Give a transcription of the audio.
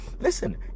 Listen